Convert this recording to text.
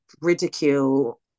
ridicule